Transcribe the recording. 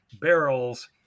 barrels